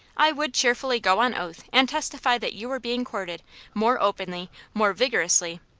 i would cheerfully go on oath and testify that you are being courted more openly, more vigorously,